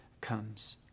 comes